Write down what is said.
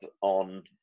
on